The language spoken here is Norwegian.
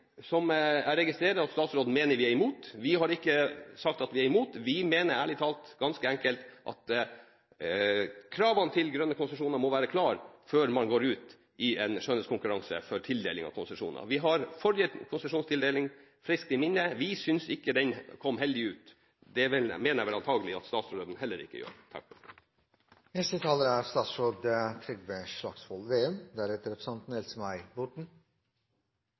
som jeg registrerer at statsråden mener at vi er imot. Vi har ikke sagt at vi er imot det. Vi mener ærlig talt og ganske enkelt at kravene til grønne konsesjoner må være klare før man går ut i en skjønnhetskonkurranse om tildeling av konsesjoner. Vi har forrige konsesjonstildeling friskt i minne. Vi syntes ikke den kom heldig ut – og det vil jeg mene at statsråden heller ikke